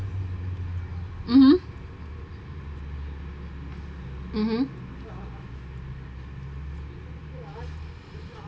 mmhmm mmhmm